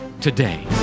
today